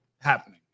happening